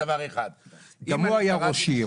גם הוא היה ראש עיר.